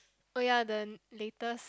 oh ya the later